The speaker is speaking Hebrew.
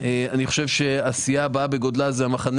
אני חושב שהסיעה הבאה בגודלה היא המחנה